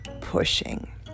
pushing